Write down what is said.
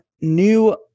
New